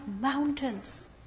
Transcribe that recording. mountains